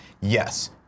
Yes